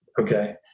okay